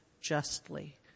justly